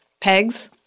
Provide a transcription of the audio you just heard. pegs